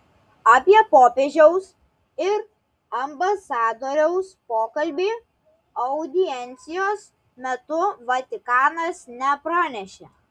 apie popiežiaus ir ambasadoriaus pokalbį audiencijos metu vatikanas nepranešė